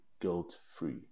guilt-free